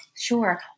Sure